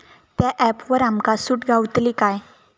त्या ऍपवर आमका सूट गावतली काय?